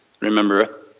remember